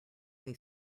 they